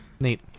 neat